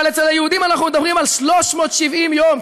אבל אצל היהודים אנחנו מדברים על 370 יום,